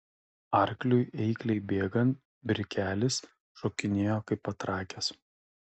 arkliui eikliai bėgant brikelis šokinėjo kaip patrakęs